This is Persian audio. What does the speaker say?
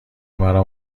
مرا